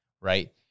right